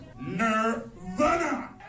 Nirvana